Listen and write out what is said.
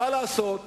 מה לעשות,